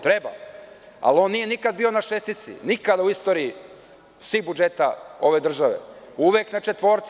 Treba, ali on nikada nije bio na šestici, nikada u istoriji svih budžeta ove države, uvek na četvorci.